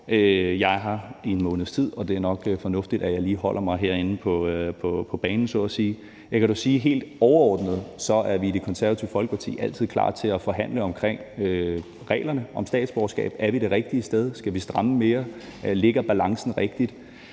Jeg er her i en måneds tid, og det er nok fornuftigt, at jeg lige holder mig på banen, så at sige. Jeg kan sige helt overordnet, at vi i Det Konservative Folkeparti altid er klar til at forhandle omkring reglerne om statsborgerskab: Er vi det rigtige sted? Skal vi stramme mere? Ligger balancen rigtigt?